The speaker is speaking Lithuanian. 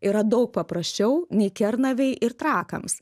yra daug paprasčiau nei kernavei ir trakams